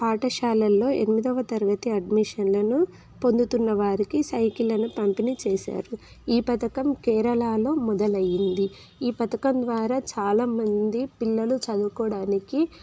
పాఠశాలల్లో ఎనిమిదవ తరగతి అడ్మిషన్లను పొందుతున్నవారికి సైకిళ్ళను పంపిణీ చేశారు ఈ పథకం కేరళాలో మొదలైంది ఈ పథకం ద్వారా చాలా మంది పిల్లలు చదువుకోడానికి